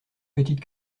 petites